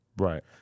Right